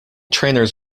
trainers